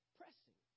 pressing